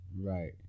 Right